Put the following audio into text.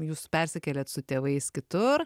jūs persikėlėt su tėvais kitur